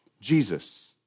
Jesus